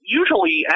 usually